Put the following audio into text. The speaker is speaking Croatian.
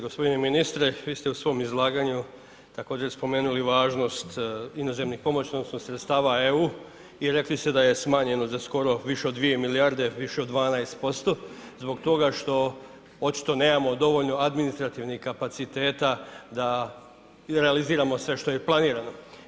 Gospodine ministre vi ste u svom izlaganju također spomenuli važnost inozemnih pomoći odnosno sredstava EU i rekli ste da je smanjeno za skoro više od 2 milijarde više od 12% zbog toga što očito nemamo dovoljno administrativnih kapaciteta da izrealiziramo sve što je planirano.